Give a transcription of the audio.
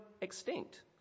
extinct